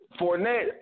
Fournette